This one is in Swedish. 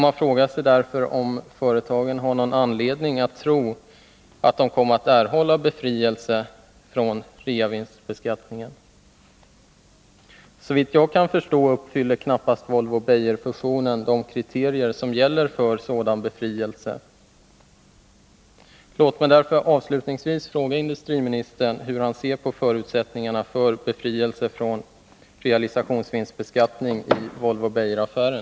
Man frågar sig därför om företagen har någon anledning att tro att de kommer att erhålla befrielse från realisationsvinstbeskattningen. Såvitt jag kan förstå uppfyller knappast Volvo-Beijerfusionen de kriterier som gäller för sådan befrielse. Låt mig därför avslutningsvis fråga industriministern hur han ser på förutsättningarna för befrielse från realisationsvinstbeskattning i Volvo-Beijeraffären.